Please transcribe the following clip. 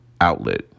outlet